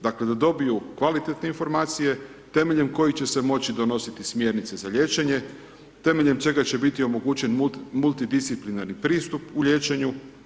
Dakle, da dobiju kvalitetne informacije temeljem kojih će se moći donositi smjernice za liječenje, temeljem čega će biti omogućen multidisciplinarni pristup u liječenju.